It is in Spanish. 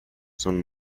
son